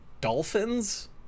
dolphins